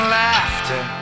laughter